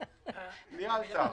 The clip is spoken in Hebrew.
אתה יכול